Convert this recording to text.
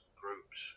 groups